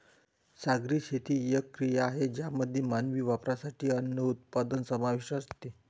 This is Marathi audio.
सागरी शेती ही एक क्रिया आहे ज्यामध्ये मानवी वापरासाठी अन्न उत्पादन समाविष्ट असते